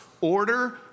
Order